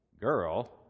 girl